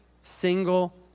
single